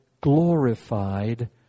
glorified